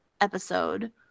episode